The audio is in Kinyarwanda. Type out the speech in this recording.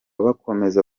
bakomeza